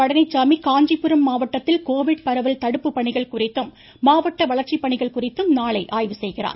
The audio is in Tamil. பழனிச்சாமி காஞ்சிபுரம் மாவட்டத்தில் கோவிட் பரவல் தடுப்பு பணிகள் குறித்தும் மாவட்ட வளர்ச்சி பணிகள் குறித்தும் நாளை ஆய்வு செய்கிறார்